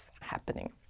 happening